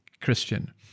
christian